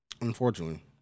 Unfortunately